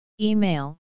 Email